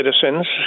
citizens